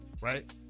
right